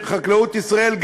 בחקלאות ישראל,